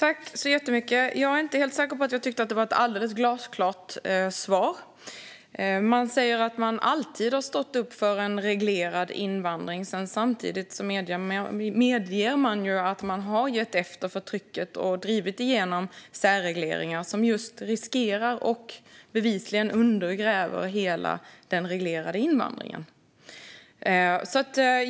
Fru talman! Jag är inte helt säker på att jag tycker att det var ett alldeles glasklart svar. Man säger att man alltid har stått upp för en reglerad invandring. Samtidigt medger man att man har gett efter för trycket och drivit igenom särregleringar som riskerar och bevisligen undergräver hela den reglerade invandringen.